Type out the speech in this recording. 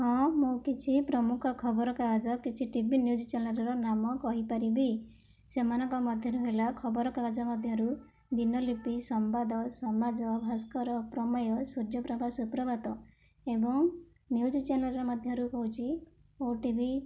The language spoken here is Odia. ହଁ ମୁଁ କିଛି ପ୍ରମୁଖ ଖବରକାଗଜ କିଛି ଟି ଭି ନ୍ୟୁଜ୍ ଚ୍ୟାନେଲ୍ର ନାମ କହିପାରିବି ସେମାନଙ୍କ ମଧ୍ୟରୁ ହେଲା ଖବରକାଗଜ ମଧ୍ୟରୁ ଦିନଲିପି ସମ୍ବାଦ ସମାଜ ଭାସ୍କର ପ୍ରମେୟ ସୂର୍ଯ୍ୟପ୍ରଭା ସୁପ୍ରଭାତ ଏବଂ ନ୍ୟୁଜ୍ ଚ୍ୟାନେଲ୍ ମଧ୍ୟରୁ ହେଉଛି ଓ ଟି ଭି